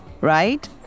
right